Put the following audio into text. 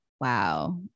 wow